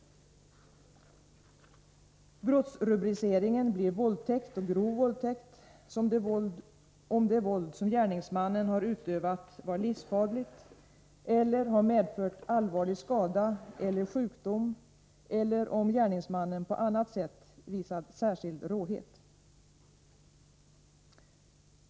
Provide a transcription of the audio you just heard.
Brottsrubriceringen blir våldtäkt och grov våldtäkt om det våld som gärningsmannen har utövat var livsfarligt eller har medfört allvarlig skada eller sjukdom eller om gärningsmannen på annat sätt visat särskild råhet.